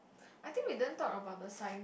I think we didn't talk about the signs